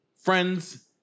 friends